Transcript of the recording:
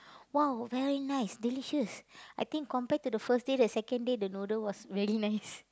!wow! very nice delicious I think compared to the first day the second day the noodle was very nice